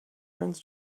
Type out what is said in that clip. friends